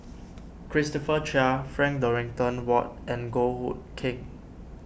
Christopher Chia Frank Dorrington Ward and Goh Hood Keng